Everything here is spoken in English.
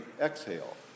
exhale